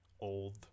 old